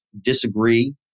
disagree